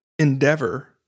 Endeavor